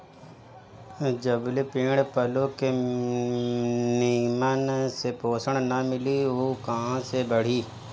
जबले पेड़ पलो के निमन से पोषण ना मिली उ कहां से बढ़ी